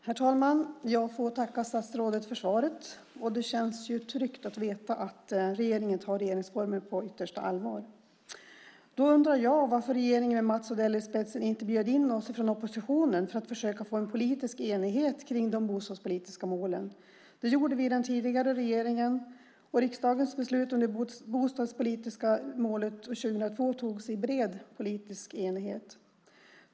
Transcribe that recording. Herr talman! Jag får tacka statsrådet för svaret. Det känns tryggt att veta att regeringen tar regeringsformen på yttersta allvar. Jag undrar varför regeringen med Mats Odell i spetsen inte bjöd in oss från oppositionen för att försöka få en politisk enighet om de bostadspolitiska målen. Det gjorde vi i den tidigare regeringen. Riksdagens beslut om det bostadspolitiska målet 2002 antogs i bred politisk enighet.